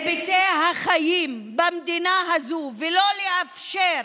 היבטי החיים במדינה הזו ולא לאפשר